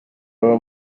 baba